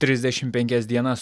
trisdešimt penkias dienas